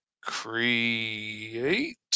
Create